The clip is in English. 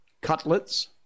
cutlets